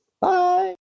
Bye